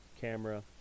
camera